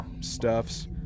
stuffs